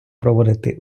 проводити